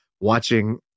watching